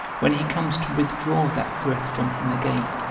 when he comes to withdraw that breath from him again,